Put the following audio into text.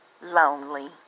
Lonely